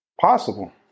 possible